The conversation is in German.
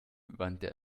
wandte